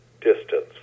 distance